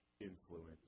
influence